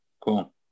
Cool